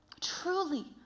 truly